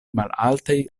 malaltaj